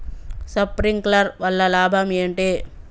Sprinkler వల్ల లాభం ఏంటి?